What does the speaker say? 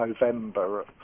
November